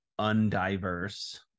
undiverse